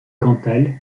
cantal